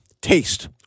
taste